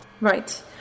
right